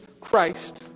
Christ